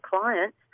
clients